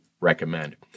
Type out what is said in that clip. recommend